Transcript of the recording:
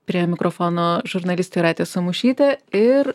prie mikrofono žurnalistė jūratė samušytė ir